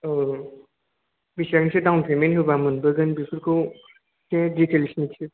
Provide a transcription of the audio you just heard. औ बिसिबांसो down payment होब्ला मोनबोगोन बेफोरखौ एसे डिटेल्स मिथिनो